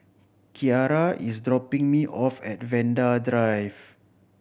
Kyara is dropping me off at Vanda Drive